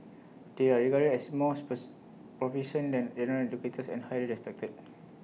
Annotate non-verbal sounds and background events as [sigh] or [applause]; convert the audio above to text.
they are regarded as more [unintelligible] proficient than general educators and highly respected